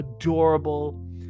adorable